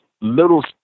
little